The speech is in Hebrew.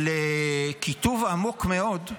של קיטוב עמוק מאוד,